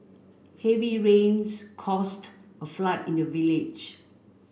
heavy rains caused a flood in the village